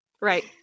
right